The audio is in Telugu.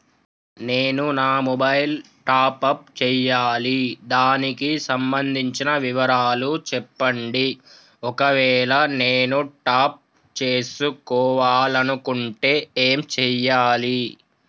నేను నా మొబైలు టాప్ అప్ చేయాలి దానికి సంబంధించిన వివరాలు చెప్పండి ఒకవేళ నేను టాప్ చేసుకోవాలనుకుంటే ఏం చేయాలి?